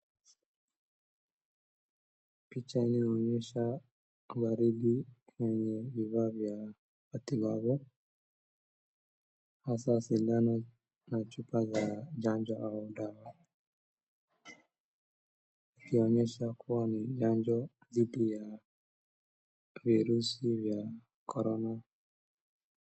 Picha iliyoonyesha waridi lenye vifaa vya matibabu hasaa sindano na chupa za chanjo au dawa, ikionyesha kuwa ni chanjo dhidi ya virusi vya korona.